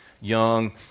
young